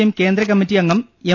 M കേന്ദ്രകമ്മറ്റി അംഗം M